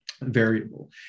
variable